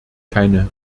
keine